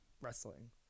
wrestling